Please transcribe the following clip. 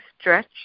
stretch